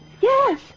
yes